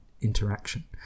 interaction